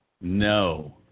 No